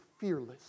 fearless